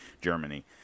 Germany